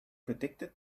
predicted